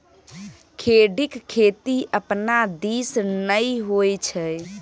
खेढ़ीक खेती अपना दिस नै होए छै